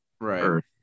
Right